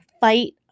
fight